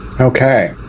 Okay